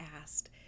asked